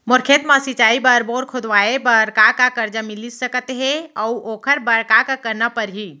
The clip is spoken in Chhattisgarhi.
मोर खेत म सिंचाई बर बोर खोदवाये बर का का करजा मिलिस सकत हे अऊ ओखर बर का का करना परही?